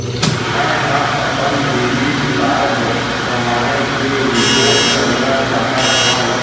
मै हा अपन डेबिट कार्ड गवाएं के रिपोर्ट करना चाहत हव